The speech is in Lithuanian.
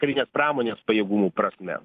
karinės pramonės pajėgumų prasme